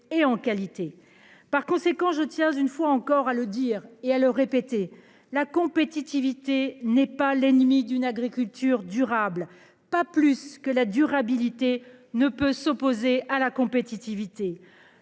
et en qualité. Par conséquent je tiens une fois encore à le dire et à le répéter la compétitivité n'est pas l'ennemi d'une agriculture durable. Pas plus que la durabilité ne peut s'opposer à la compétitivité,